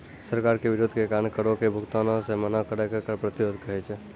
सरकार के विरोध के कारण करो के भुगतानो से मना करै के कर प्रतिरोध कहै छै